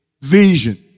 vision